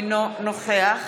אינו נוכח